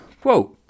quote